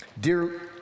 Dear